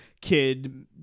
kid